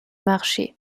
marché